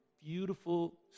beautiful